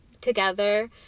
together